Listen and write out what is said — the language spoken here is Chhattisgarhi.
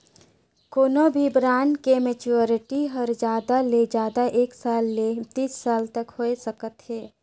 कोनो भी ब्रांड के मैच्योरिटी हर जादा ले जादा एक साल ले तीस साल तक होए सकत हे